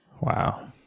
Wow